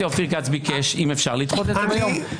אופיר כץ ביקש אם אפשר לדחות את זה ביום.